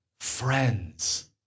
Friends